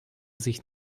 sich